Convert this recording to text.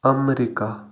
America